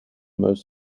most